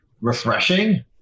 refreshing